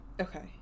Okay